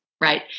right